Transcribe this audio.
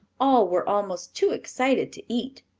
all were almost too excited to eat.